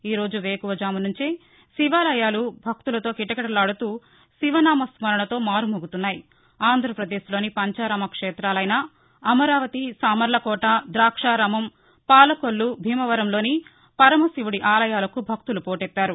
ఈ వేకువఝాము నుంచే శివాలయాలు భక్తులతో కిటకిటలాడుతూ శివనామస్కరణతో మారుమోగుతున్నాయి ఆంధ్రప్రదేశ్లోని పంచారామ క్షేతాలైస అమరావతి సామర్లకోట ద్రాక్షారామం పాలకొల్లు భీమవరంలోని పరమశివుడి ఆలయాలకు భక్తులు పోటెత్తారు